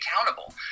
accountable